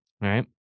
Right